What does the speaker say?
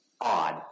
odd